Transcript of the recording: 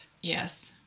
Yes